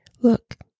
look